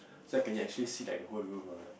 so I can actually see like the whole room uh like